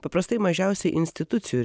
paprastai mažiausiai institucijų